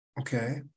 okay